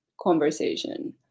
conversation